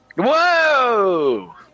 Whoa